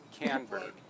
Canberg